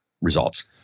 results